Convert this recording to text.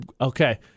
Okay